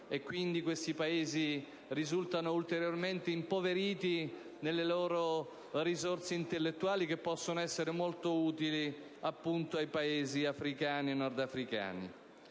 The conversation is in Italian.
quindi questi Stati risultino ulteriormente impoveriti nelle loro risorse intellettuali, che invece potrebbero essere molto utili ai Paesi africani e nordafricani.